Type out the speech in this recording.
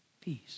peace